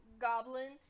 goblin